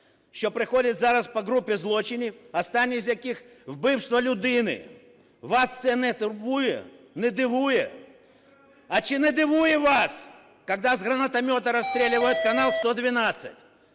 що проходить зараз по групі злочинів, останнє з яких – убивство людини. Вас це не турбує? Не дивує? А чи не дивує вас, когда с гранатомета расстреливают канал "112".